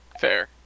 fair